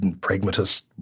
pragmatist